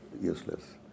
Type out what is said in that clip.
useless